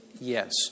yes